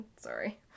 Sorry